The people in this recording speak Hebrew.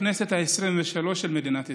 בכנסת העשרים-ושלוש של מדינת ישראל,